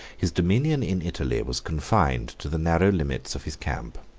his dominion in italy was confined to the narrow limits of his camp.